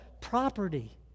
property